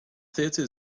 theater